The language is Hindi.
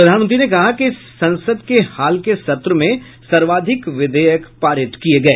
प्रधानमंत्री ने कहा है कि संसद के हाल के सत्र में सर्वाधिक विधेयक पारित किए गए